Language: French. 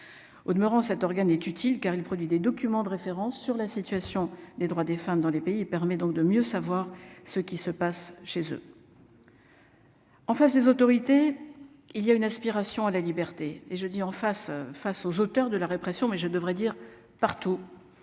au demeurant cet organe est utile car il produit des documents de référence sur la situation des droits des femmes dans les pays et permet donc de mieux savoir ce qui se passe chez eux. En face, les autorités il y a une aspiration à la liberté et je dis en face, face aux auteurs de la répression mais je devrais dire partout